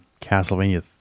Castlevania